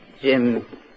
Jim